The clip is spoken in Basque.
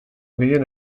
gehien